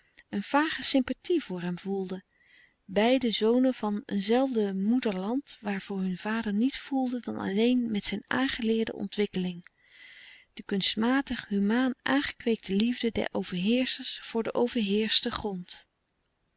een vage sympathie voor hem voelde beiden zonen van een zelfde moe derland waarvoor hun vader niet voelde dan alleen met zijn aangeleerde ontwikkeling de kunstmatig humaan aangekweekte liefde der overheerschers voor den overheerschten grond